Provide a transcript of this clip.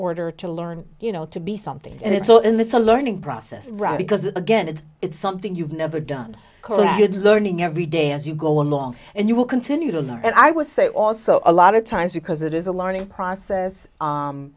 order to learn you know to be something and it's all in it's a learning process right because again it's it's something you've never done good learning every day as you go along and you will continue to learn and i would say also a lot of times because it is a learning process